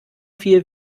viel